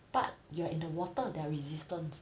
but you're in the water there are resistance